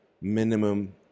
minimum